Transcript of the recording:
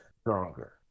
Stronger